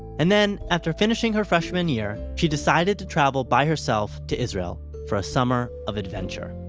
and then, after finishing her freshman year, she decided to travel by herself to israel, for a summer of adventure.